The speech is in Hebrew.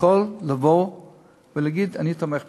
יכול לבוא ולהגיד: אני תומך בתקציב?